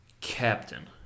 Captain